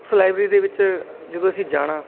ਉਸ ਲਾਇਬਰੇਰੀ ਦੇ ਵਿੱਚ ਜਦੋਂ ਅਸੀਂ ਜਾਣਾ